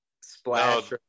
splash